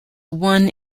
one